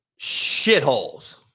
shitholes